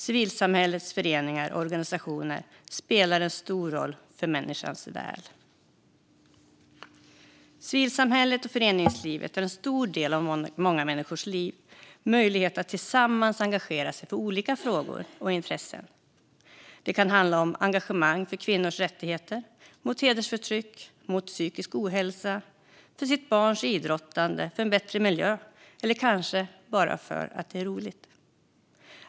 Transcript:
Civilsamhällets föreningar och organisationer spelar en stor roll för människors väl. Civilsamhället och föreningslivet är en stor del av många människors liv och ger människor möjlighet att tillsammans engagera sig för olika frågor och intressen. Det kan handla om engagemang för kvinnors rättigheter, mot hedersförtryck, mot psykisk ohälsa, för barns idrottande eller för en bättre miljö. Det kan också bara handla om att det är roligt.